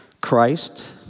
Christ